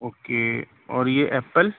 okay اور یہ apple